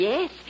Yes